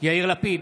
יאיר לפיד,